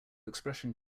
expression